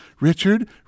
Richard